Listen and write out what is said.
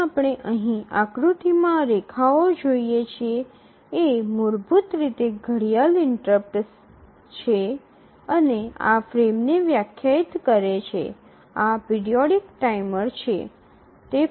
જેમ આપણે અહીં આકૃતિમાં આ રેખાઓ જોઈએ છીએ એ મૂળભૂત રીતે ઘડિયાળ ઇન્ટરપ્ટસ્ છે અને એ ફ્રેમ્સને વ્યાખ્યાયિત કરે છે આ પિરિયોડિક ટાઈમર છે